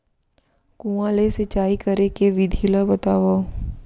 कुआं ले सिंचाई करे के विधि ला बतावव?